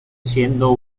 siendo